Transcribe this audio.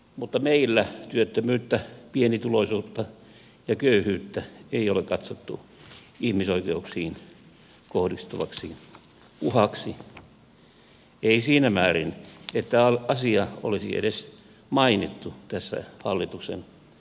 mutta meillä työttömyyttä pienituloisuutta ja köyhyyttä ei ole katsottu ihmisoikeuksiin kohdistuvaksi uhaksi ei siinä määrin että asia olisi edes mainittu tässä hallituksen selonteossa